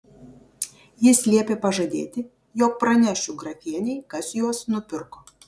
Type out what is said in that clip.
jis liepė pažadėti jog pranešiu grafienei kas juos nupirko